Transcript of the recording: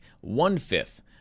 One-fifth